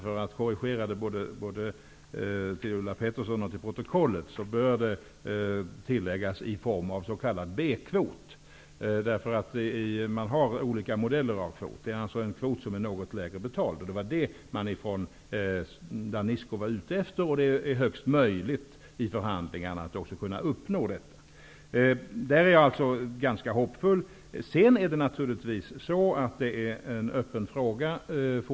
För att korrigera detta både för Ulla Pettersson och för protokollet bör det tilläggas '' i form av s.k. bkvot''. Det finns nämligen olika modeller av kvoter, och detta är alltså en kvot som är något lägre betald. Det var detta som man från Danisco var ute efter. Det är också möjligt att vid förhandlingarna kunna uppnå detta. I det sammanhanget är jag ganska hoppfull. Sedan är det fortfarande en öppen fråga.